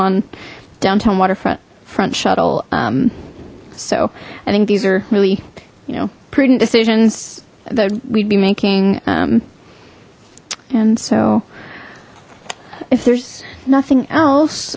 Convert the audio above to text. on downtown waterfront front shuttle so i think these are really you know prudent decisions that we'd be making and so if there's nothing else